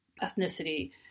ethnicity